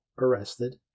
arrested